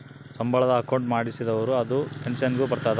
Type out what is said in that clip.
ಸಂಬಳದ ಅಕೌಂಟ್ ಮಾಡಿಸಿದರ ಅದು ಪೆನ್ಸನ್ ಗು ಬರ್ತದ